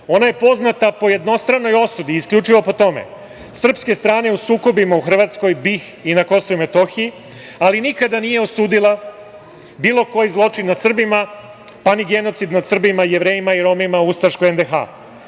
Ona je poznata po jednostranoj osudi, isključivo po tome, srpske strane u sukobima u Hrvatskoj, BiH i na KiM, ali nikada nije osudila bilo koji zločin nad Srbima, pa ni genocid nad Srbima, Jevrejima i Romima u ustaškoj